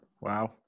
Wow